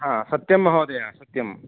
हा सत्यं महोदय सत्यम्